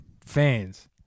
fans